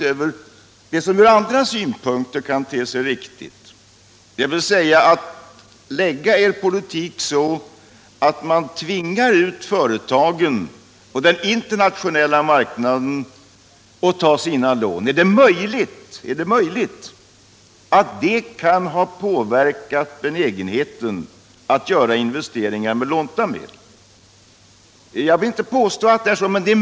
Har ni förresten funderat över om den utformning av er politik som har tvingat ut företagen på den internationella marknaden för att ta upp lån kan ha påverkat benägenheten att göra investeringar med lånta medel?